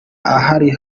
ahari